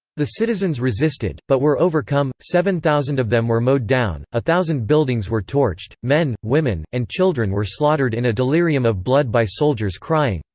the citizens resisted, but were overcome seven thousand of them were mowed down a thousand buildings were torched men, women, and children were slaughtered in a delirium of blood by soldiers crying,